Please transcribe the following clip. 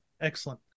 Excellent